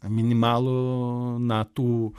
minimalų natų